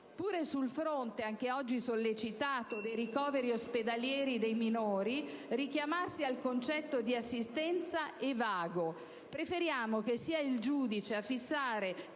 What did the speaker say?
Pure sul fronte - anche oggi sollecitato - dei ricoveri ospedalieri dei minori, richiamarsi al concetto di assistenza è vago. Preferiamo sia il giudice a fissare